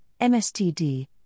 MSTD